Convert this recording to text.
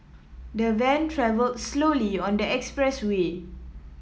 the van travelled slowly on the expressway